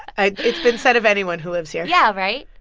i it's been said of anyone who lives here yeah, right?